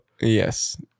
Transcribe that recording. Yes